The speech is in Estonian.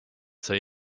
sai